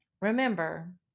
remember